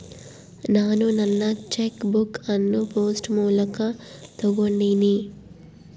ನಾನು ನನ್ನ cheque book ಅನ್ನು ಪೋಸ್ಟ್ ಮೂಲಕ ತೊಗೊಂಡಿನಿ